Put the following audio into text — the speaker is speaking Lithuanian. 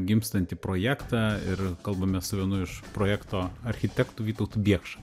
gimstantį projektą ir kalbamės su vienu iš projekto architektų vytautu biekša